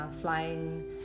flying